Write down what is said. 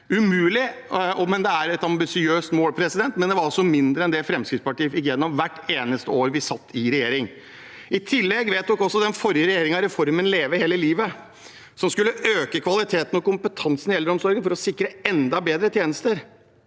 umulig. Det er et ambisiøst mål, men det er altså mindre enn det Fremskrittspartiet fikk gjennom hvert eneste år vi satt i regjering. I tillegg vedtok også den forrige regjeringen reformen Leve hele livet, som skulle øke kvaliteten og kompetansen i eldreomsorgen, for å sikre enda bedre tjenester.